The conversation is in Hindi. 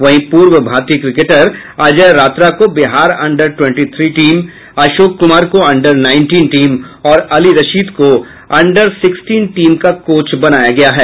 वहीं पूर्व भारतीय क्रिकेटर अजय रात्रा को Bihar under twenty three team Ashok Kumar को अंडर नाईंटीन और अली रशीद को अंडर सिक्सटीन टीम का कोच बनाया गया है